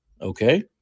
Okay